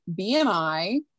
BMI